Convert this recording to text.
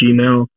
Gmail